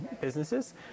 businesses